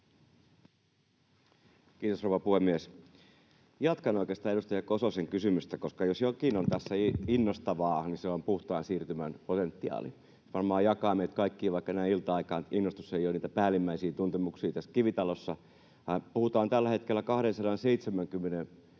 Kiitos, rouva puhemies! Jatkan oikeastaan edustaja Kososen kysymystä, koska jos jokin on tässä innostavaa, niin se on puhtaan siirtymän potentiaali — varmaan jaamme tämän kaikki, vaikka näin ilta-aikaan innostus ei ole niitä päällimmäisiä tuntemuksia tässä kivitalossa. Puhutaan tällä hetkellä 270